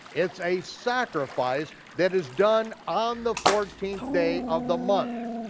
it's a sacrifice that is done on the fourteenth day of the month.